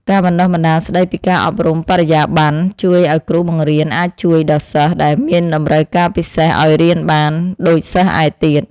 ការបណ្តុះបណ្តាលស្តីពីការអប់រំបរិយាបន្នជួយឱ្យគ្រូបង្រៀនអាចជួយដល់សិស្សដែលមានតម្រូវការពិសេសឱ្យរៀនបានដូចសិស្សឯទៀត។